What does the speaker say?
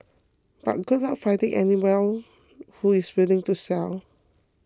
but good luck finding anyone who is willing to sell